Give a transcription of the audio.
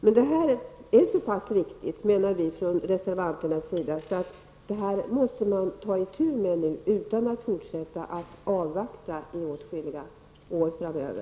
Vi reservanter menar att detta problem är så pass viktigt att man nu måste ta itu med det utan att fortsätta att avvakta i åtskilliga år framöver.